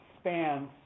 spans